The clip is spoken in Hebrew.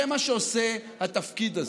זה מה שעושה התפקיד הזה.